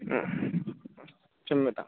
क्षम्यताम्